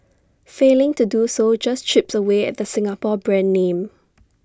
failing to do so just chips away at the Singapore brand name